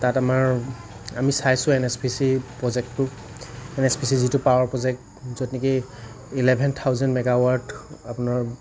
তাত আমাৰ আমি চাইছোঁ এন এছ পি চি প্ৰজেক্টটো এন এছ পি চি যিটো পাৱাৰ প্ৰজেক্ট য'ত নেকি ইলেভেন থাউজেন মেগা ৱাৰ্দ আপোনাৰ